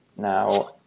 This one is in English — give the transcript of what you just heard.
Now